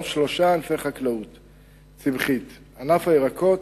שלושה ענפי חקלאות צמחית: ענף הירקות,